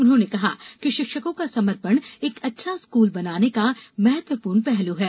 उन्होंने कहा कि शिक्षकों का समर्पण एक अच्छा स्कूल बनाने का महत्वपूर्ण पहलू है